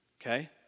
Okay